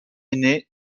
née